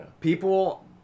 People